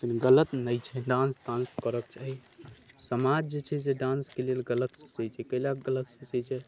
लेकिन गलत नहि छै डांस डांस करऽके चाही समाज जे छै डांसके लेल गलत सोचैत छै कयला गलत सोचैत छै